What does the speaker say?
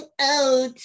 out